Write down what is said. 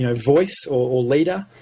you know voice or leader.